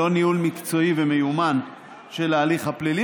לא ניהול מקצועי ומיומן של ההליך הפלילי